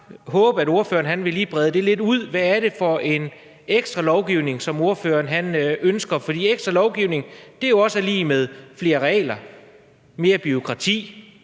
bare håbe, at ordføreren lige vil brede det lidt ud. Hvad er det for en ekstra lovgivning, som ordføreren ønsker? For ekstra lovgivning er jo også lig med flere regler, mere bureaukrati,